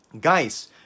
guys